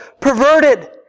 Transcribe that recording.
perverted